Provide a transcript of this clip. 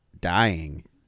dying